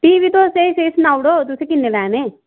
फ्ही बी तुस स्हेई स्हेई सनाओ ओड़ो तुसें किन्ने लैने